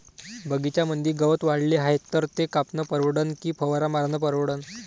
बगीच्यामंदी गवत वाढले हाये तर ते कापनं परवडन की फवारा मारनं परवडन?